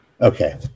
Okay